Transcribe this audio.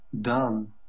done